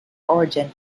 origin